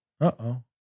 Uh-oh